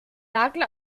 nagel